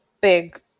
big